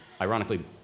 ironically